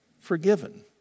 forgiven